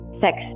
sex